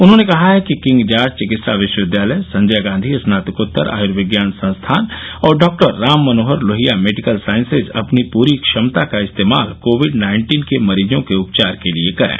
उन्होंने कहा है कि किंग जार्ज चिकित्सा विश्वविद्यालय संजय गांधी स्नाकोत्तर आयुर्विज्ञान संस्थान और doctor Ram Manohar Lohia medical sciences अपनी पूरी क्षमता का इस्तेमाल कोविड नाइन्टीन के मरीजो के उपचार के लिए करें